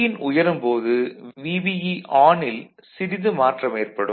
Vin உயரும் போது VBE ல் சிறிது மாற்றம் ஏற்படும்